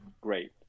great